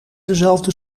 dezelfde